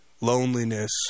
loneliness